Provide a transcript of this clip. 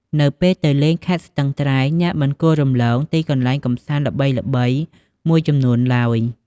នៅពេលទៅលេងខេត្តស្ទឹងត្រែងអ្នកមិនគួររំលងទីកន្លែងកម្សាន្តល្បីៗមួយចំនួនឡើយ។